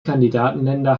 kandidatenländer